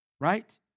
Right